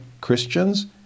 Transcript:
Christians